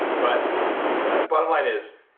but the bottom line is,